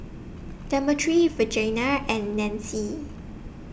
Demetri Virginia and Nancy